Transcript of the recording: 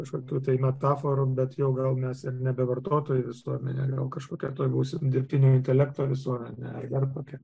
kažkokių tai metaforų bet jau gal mes ir nebe vartotojų visuomenė gal kažkokia tuoj būsim dirbtinio intelekto visuomene ar dar kokia